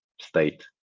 state